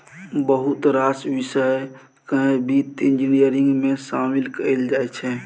बहुत रास बिषय केँ बित्त इंजीनियरिंग मे शामिल कएल जाइ छै